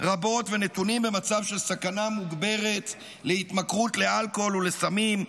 רבות ונתונים במצב של סכנה מוגברת להתמכרות לאלכוהול ולסמים,